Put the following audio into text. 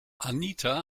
anita